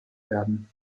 werden